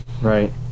right